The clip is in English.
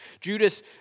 Judas